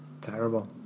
terrible